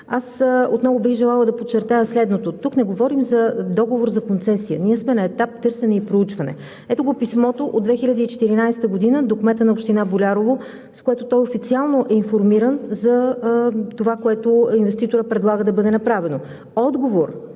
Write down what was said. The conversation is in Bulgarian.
отново бих желала да подчертая следното: тук не говорим за договор за концесия – ние сме на етап търсене и проучване. Ето го писмото от 2014 г. до кмета на община Болярово, с което той официално е информиран за това, което инвеститорът предлага да бъде направено. Отговор